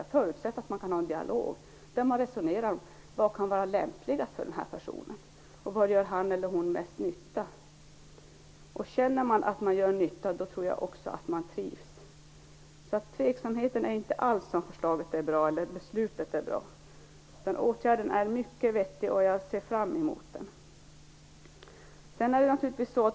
Jag förutsätter att man kan ha en dialog där man resonerar om vad som kan vara lämpligast för just den här personen, och var han eller hon kan göra mest nytta. Om man känner att man gör nytta tror jag också att man trivs. Tveksamheten gäller alltså inte alls om ifall förslaget eller beslutet är bra. Åtgärden är mycket vettig, och jag ser fram emot den.